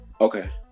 Okay